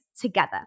together